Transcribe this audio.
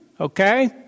okay